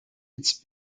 its